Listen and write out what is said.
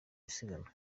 isiganwa